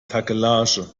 takelage